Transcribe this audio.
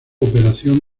operación